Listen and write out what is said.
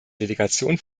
delegation